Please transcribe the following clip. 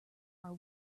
are